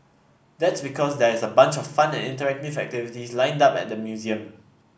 that's because there's a bunch of fun and interactive activities lined up at the museum